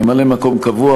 ממלא-מקום קבוע,